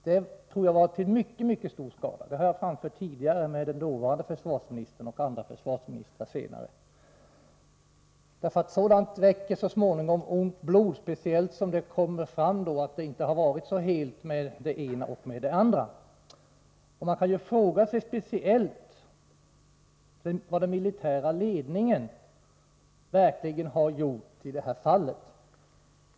Det tror jag var till mycket stor skada — det har jag framhållit tidigare i debatt med den dåvarande försvarsministern och andra försvarsministrar senare. Sådant väcker så småningom ont blod, speciellt när det kommer fram att det inte varit så helt med det ena och det andra. Man kan fråga sig vad den militära ledningen verkligen har gjort i det här fallet.